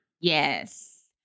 Yes